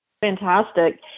Fantastic